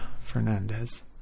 Fernandez